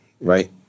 right